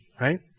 right